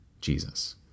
Jesus